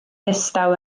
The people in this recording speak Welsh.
ddistaw